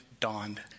dawned